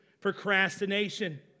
procrastination